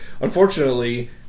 unfortunately